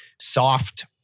soft